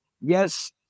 yes